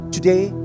Today